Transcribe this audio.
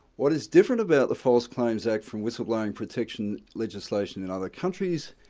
what is different about the false claims act from whistleblowing protection legislation in other countries,